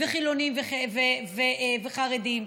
חילונים וחרדים,